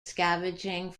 scavenging